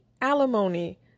alimony